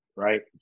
Right